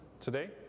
today